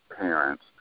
parents